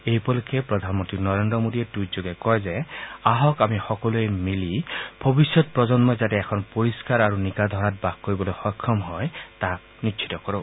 এই উপলক্ষে প্ৰধানমন্ত্ৰী নৰেন্দ্ৰ মোদীয়ে টুইটযোগে কয় যে আহক আমি সকলোৱে মিলি ভৱিষ্যৎ প্ৰজন্মই যাতে এখন পৰিষ্কাৰ আৰু নিকা ধৰাত বাস কৰিবলৈ সক্ষম হয় তাক নিশ্চিত কৰো